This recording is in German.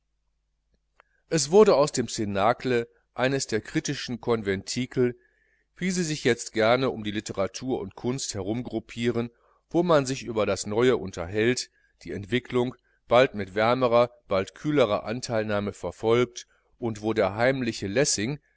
es wurde aus dem cnacle eines der kritischen konventikel wie sie sich jetzt gerne um die literatur und kunst herumgruppieren wo man sich über das neue unterhält die entwickelung mit bald wärmerer bald kühlerer anteilnahme verfolgt und wo der heimliche lessing